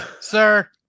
Sir